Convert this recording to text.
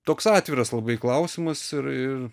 toks atviras labai klausimas ir ir